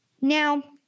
Now